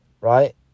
Right